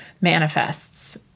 manifests